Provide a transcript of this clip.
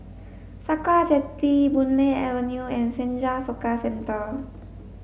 Sakra Jetty Boon Lay Avenue and Senja Soka Centre